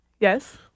Yes